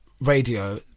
radio